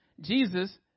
Jesus